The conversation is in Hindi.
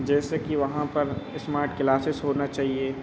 जैस कि वहाँ पर इस्मार्ट क्लासेज होना चाहिए